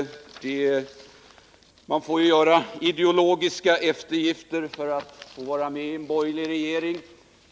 Man måste göra ideologiska eftergifter för att få vara med i den borgerliga regeringen.